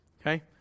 Okay